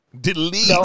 delete